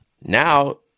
Now